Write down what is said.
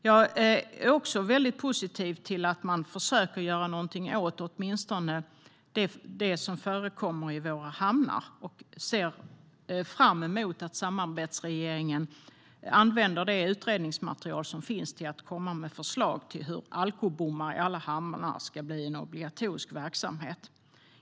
Jag är positiv till att man åtminstone försöker göra något åt det som förekommer i våra hamnar och ser fram emot att samarbetsregeringen använder det utredningsmaterial som finns till att komma med förslag till hur alkobommar i alla hamnar ska bli en obligatorisk verksamhet.